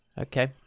okay